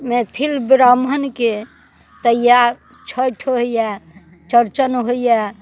मैथिल ब्राम्हणके तऽ इएह छठि होइया चौरचन होइया